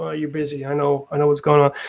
ah you're busy, i know and what's going on.